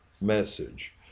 message